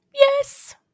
Yes